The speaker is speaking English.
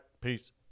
peace